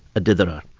a ditherer.